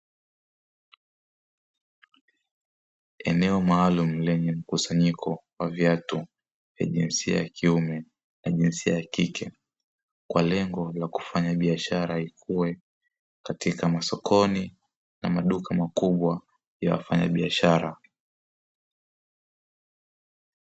Eneo maalum lenye mkusanyiko wa viatu vya jinsia ya kiume na jinsia ya kike, kwa lengo la kufanya biashara ikuwe katika masokoni na maduka makubwa ya wafanyabiashara.